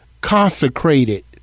consecrated